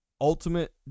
Ultimate